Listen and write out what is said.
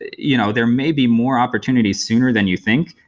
you know there may be more opportunities sooner than you think.